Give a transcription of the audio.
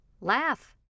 laugh